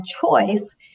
choice